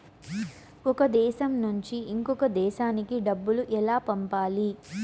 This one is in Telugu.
ఒక దేశం నుంచి ఇంకొక దేశానికి డబ్బులు ఎలా పంపాలి?